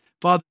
Father